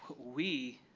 we